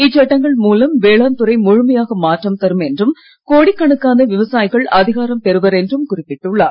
இச்சட்டங்கள் மூலம் வேளாண் துறை முழுமையாக மாற்றம் தரும் என்றும் கோடிக்கணக்கான விவசாயிகள் அதிகாரம் பெறுவர் என்றும் குறிப்பிட்டுள்ளார்